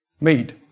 Meat